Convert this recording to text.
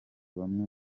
bamwe